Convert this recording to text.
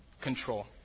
control